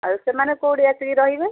ଆଉ ସେମାନେ କେଉଁଠି ଆସିକି ରହିବେ